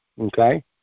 okay